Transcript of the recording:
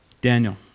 Daniel